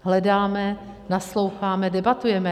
Hledáme, nasloucháme, debatujeme.